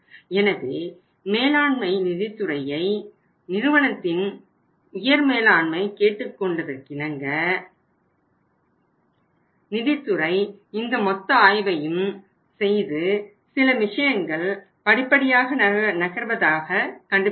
எனவே நிறுவனத்தின் உயர்மேலாண்மை நிதித்துறையை கேட்டுக்கொண்டதற்கிணங்க நிதித்துறை இந்த மொத்த ஆய்வையும் செய்து சில விஷயங்கள் படிப்படியாக நகர்வதை கண்டுபிடித்தனர்